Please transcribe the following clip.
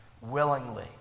willingly